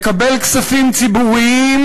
מקבל כספים ציבוריים,